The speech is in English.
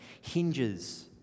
hinges